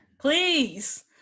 Please